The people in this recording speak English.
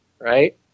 right